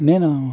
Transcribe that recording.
నేను